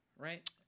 Right